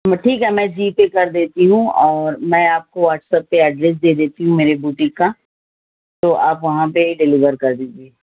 تو ٹھیک ہے میں جی پے کر دیتی ہوں اور میں آپ کو واٹس ایپ پہ ایڈریس دے دیتی ہوں میرے بیوٹک کا تو آپ وہاں پہ ڈیلیور کر دیجیے